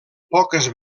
poques